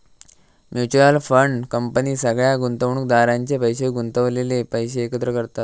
mutual fund company सगळ्या गुंतवणुकदारांचे गुंतवलेले पैशे एकत्र करतत